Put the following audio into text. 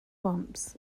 bumps